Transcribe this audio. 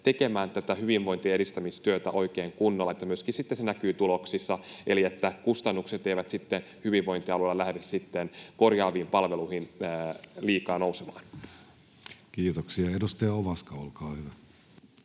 tekemään tätä hyvinvoinnin edistämistyötä oikein kunnolla, että se myöskin sitten näkyy tuloksissa, eli kustannukset korjaavista palveluista eivät hyvinvointialueilla lähde liikaa nousemaan? Kiitoksia. — Edustaja Ovaska, olkaa hyvä.